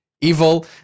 evil